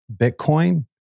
Bitcoin